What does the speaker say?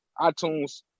itunes